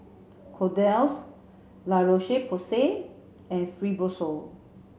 Kordel's La Roche Porsay and Fibrosol